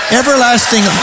everlasting